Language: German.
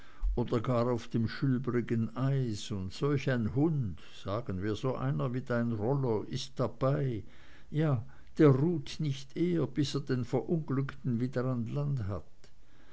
oder gar auf dem schülbrigen eis und solch ein hund sagen wir so einer wie dein rollo ist dabei ja der ruht nicht eher als bis er den verunglückten wieder an land hat